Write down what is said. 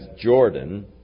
Jordan